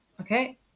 okay